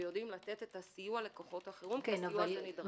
ויודעים לתת את הסיוע לכוחות החירום כי הסיוע נדרש.